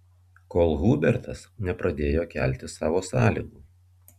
kol hubertas nepradėjo kelti savo sąlygų